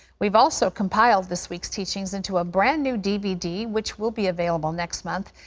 we've also compiled this week's teachings into a brand-new dvd which will be available next month,